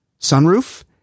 sunroof